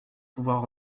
pouvoir